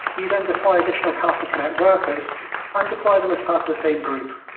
you then deploy additional kafka connect workers and deploy them as part of the same group.